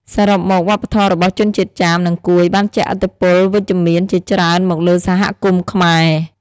សរុបមក វប្បធម៌របស់ជនជាតិចាម និងកួយបានជះឥទ្ធិពលវិជ្ជមានជាច្រើនមកលើសហគមន៍ខ្មែរ។